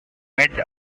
mid